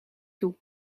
toe